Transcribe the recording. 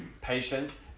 Patience